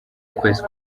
ukwezi